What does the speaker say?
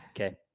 Okay